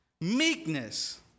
meekness